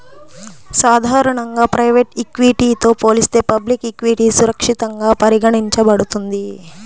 సాధారణంగా ప్రైవేట్ ఈక్విటీతో పోలిస్తే పబ్లిక్ ఈక్విటీ సురక్షితంగా పరిగణించబడుతుంది